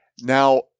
Now